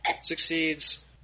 succeeds